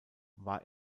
war